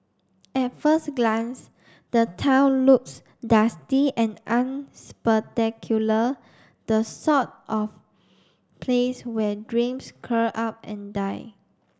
at first glance the town looks dusty and unspectacular the sort of place where dreams curl up and die